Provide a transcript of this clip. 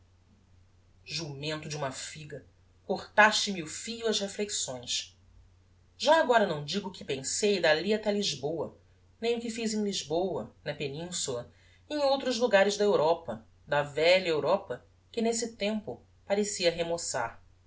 jumento de uma figa cortaste me o fio ás reflexões já agora não digo o que pensei dalli até lisboa nem o que fiz em lisboa na peninsula e em outros logares da europa da velha europa que nesse tempo parecia remoçar